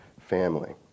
family